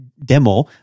Demo